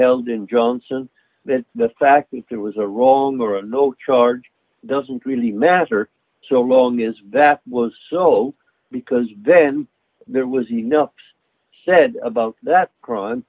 held in johnson that the fact that was a wrong or a no charge doesn't really matter so long as that was so because then there was enough said about that crime